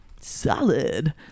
solid